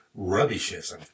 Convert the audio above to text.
rubbishism